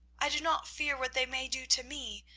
i do not fear what they may do to me,